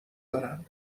دارن